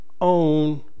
own